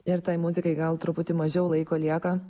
ir tai muzikai gal truputį mažiau laiko lieka